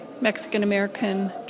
Mexican-American